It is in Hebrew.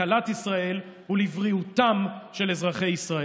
לכלכלת ישראל ולבריאותם של אזרחי ישראל.